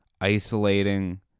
isolating